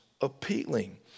appealing